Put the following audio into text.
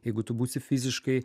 jeigu tu būsi fiziškai